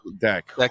deck